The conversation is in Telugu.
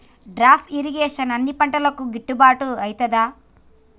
డ్రిప్ ఇరిగేషన్ అన్ని పంటలకు గిట్టుబాటు ఐతదా?